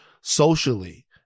socially